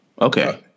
okay